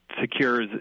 secures